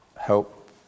help